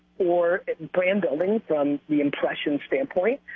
or brand building from the impression standpoint.